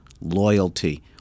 loyalty